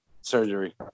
surgery